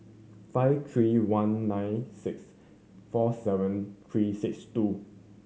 five three one nine six four seven three six two